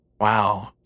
Wow